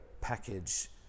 package